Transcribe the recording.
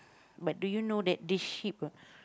but do you know that this sheep